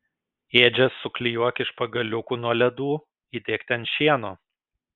ėdžias suklijuok iš pagaliukų nuo ledų įdėk ten šieno